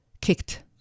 kicked